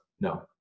No